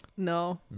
No